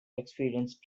experience